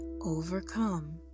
overcome